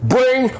Bring